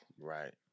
right